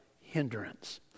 hindrance